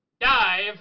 Dive